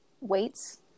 weights